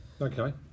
Okay